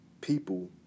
People